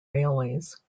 railways